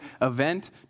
event